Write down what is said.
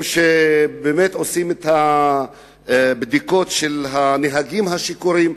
במקומות שבהם עושים את הבדיקות של הנהגים השיכורים,